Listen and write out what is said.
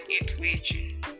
intervention